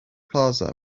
plaza